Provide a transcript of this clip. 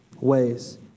ways